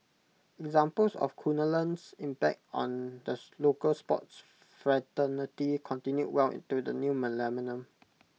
examples of Kunalan's impact on the local sports fraternity continued well into the new millennium